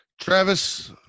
Travis